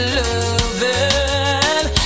loving